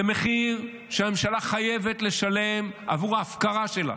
זה מחיר שהממשלה חייבת לשלם עבור ההפקרה שלה